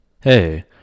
Hey